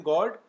God